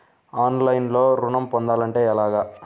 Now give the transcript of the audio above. ఆన్లైన్లో ఋణం పొందాలంటే ఎలాగా?